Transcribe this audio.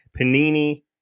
panini